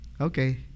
Okay